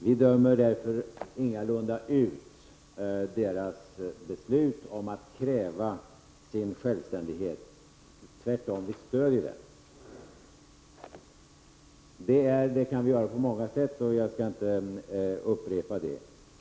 Vi dömer därför ingalunda ut deras beslut att kräva självständighet. Tvärtom: Vi stöder det. Det kan vi göra på många sätt, men jag skall inte upprepa dem.